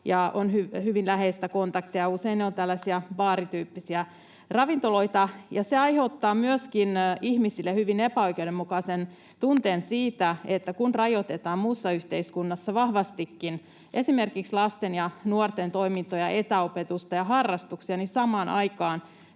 ja on hyvin läheistä kontaktia. Usein ne ovat tällaisia baarityyppisiä ravintoloita. Se aiheuttaa ihmisille myöskin hyvin epäoikeudenmukaisen tunteen, että kun rajoitetaan muussa yhteiskunnassa vahvastikin, esimerkiksi lasten ja nuorten toimintoja, etäopetusta ja harrastuksia, niin samaan aikaan